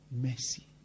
mercy